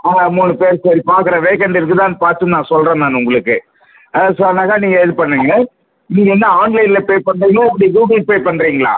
ஆ மூணு பேர் சரி பார்க்குறேன் வேக்கண்ட் இருக்குதான்னு பார்த்துட்டு நான் சொல்லுறேன் நான் உங்களுக்கு அது சொன்னா தான் நீங்கள் இது பண்ணுவீங்க நீங்கள் வந்து ஆன்லைனில் பே பண்ணுறீங்களா எப்படி கூகுள் பே பண்ணுறீங்களா